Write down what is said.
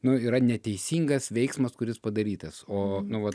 nu yra neteisingas veiksmas kuris padarytas o nu vat